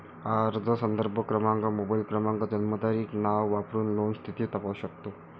अर्ज संदर्भ क्रमांक, मोबाईल क्रमांक, जन्मतारीख, नाव वापरून लोन स्थिती तपासू शकतो